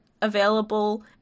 available